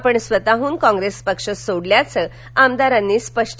आपण स्वतःडून काँग्रेस पक्ष सोडल्याचं आमदारांनी केलं स्पष्ट